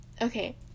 Okay